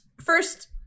first